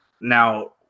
Now